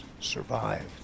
survived